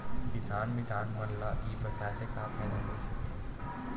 किसान मितान मन ला ई व्यवसाय से का फ़ायदा मिल सकथे?